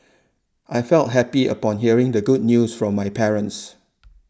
I felt happy upon hearing the good news from my parents